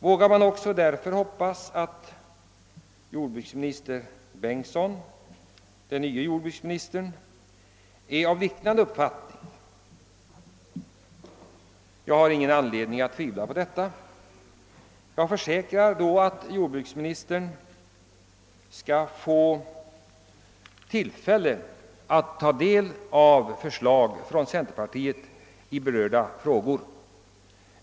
Vågar jag då hoppas att den nye jordbruksministern Bengtsson har en liknande uppfattning? Jag har ingen anledning att tvivla på detta. Jag försäkrar att jordbruksministern skall få tillfälle att ta del av förslag från centerpartiet i berörda frågor.